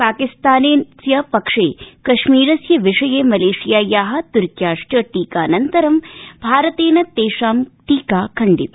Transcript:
पाकिस्तानस्य पक्षे कश्मीरस्य विषये मलेशियाया तुर्क्याध टीकानन्तरं भारतेन तेषां टीका खण्डित